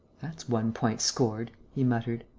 that's one point scored! he muttered.